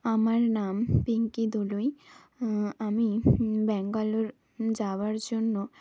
আমার নাম পিংকি দলুই আমি ব্যাঙ্গালোর যাওয়ার জন্য